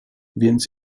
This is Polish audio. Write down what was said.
więc